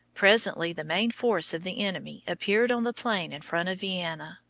presently the main force of the enemy appeared on the plain in front of vienna.